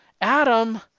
Adam